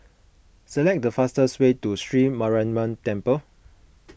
select the fastest way to Sri Mariamman Temple